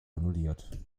annulliert